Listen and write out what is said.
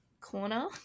corner